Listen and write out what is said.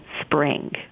spring